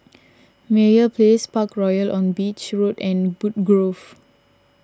Meyer Place Parkroyal on Beach Road and Woodgrove